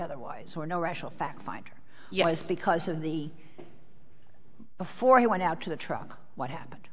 otherwise or no rational fact finder yes because of the before he went out to the truck what happened